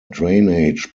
drainage